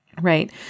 Right